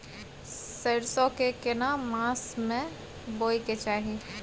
सरसो के केना मास में बोय के चाही?